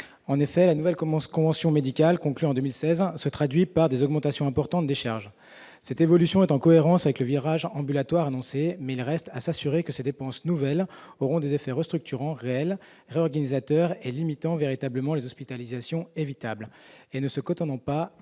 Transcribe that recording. en effet la nouvelle commence conventions médicales conclues en 2000 16 ans se traduit par des augmentations importantes, des charges c'est évolution est en cohérence avec le virage ambulatoire annoncée mais il reste à s'assurer que ces dépenses nouvelles auront des effets restructurant réels organisateurs et limitant véritablement les hospitalisations évitables et ne se côtoient, non pas